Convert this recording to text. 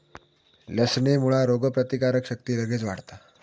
लसणेमुळा रोगप्रतिकारक शक्ती लगेच वाढता